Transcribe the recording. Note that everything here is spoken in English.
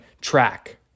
track